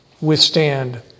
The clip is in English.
withstand